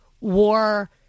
war